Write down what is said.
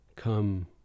come